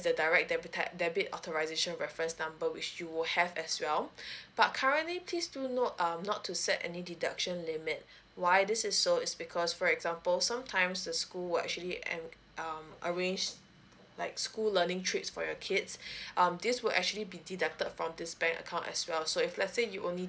is the direct debit card debit authorization reference number which you will have as well but currently please do note um not to set any deduction limit why this is so is because for example sometimes the school will actually and um arrange like school learning trips for your kids um this will actually be deducted from the bank account as well so if let's say you only